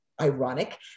ironic